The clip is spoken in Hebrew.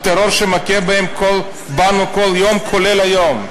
הטרור שמכה בנו כל יום, כולל היום.